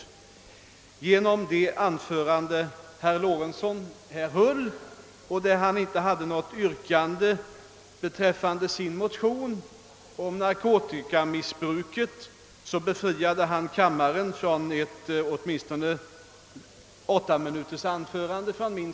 Herr Lorentzon befriade kammarens ledamöter, genom sitt anförande och genom att han avstod från att ställa något yrkande om bifall till sin motion om narkotikamissbruket, från ett åtminstone åtta minuter långt anförande av mig.